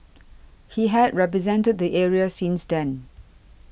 he had represented the area since then